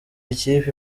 ikipe